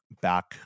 back